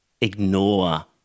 ignore